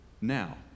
now